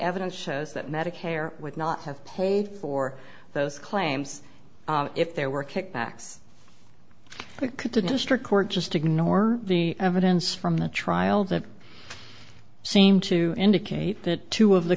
evidence shows that medicare would not have paid for those claims if there were kickbacks could the district court just ignore the evidence from the trial that seemed to indicate that two of the